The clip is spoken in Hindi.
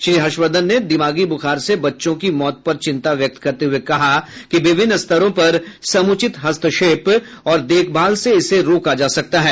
श्री हर्षवर्धन ने दिमागी ब्रखार से बच्चों की मौत पर चिंता व्यक्त करते हुये कहा कि विभिन्न स्तरों पर समुचित हस्तक्षेप और देखभाल से इसे रोका जा सकता है